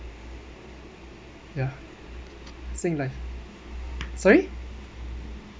ya Singlife sorry